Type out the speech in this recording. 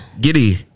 Giddy